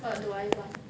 what do I want